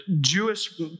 Jewish